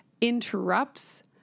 interrupts